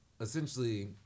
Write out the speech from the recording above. essentially